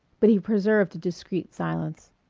but he preserved a discreet silence.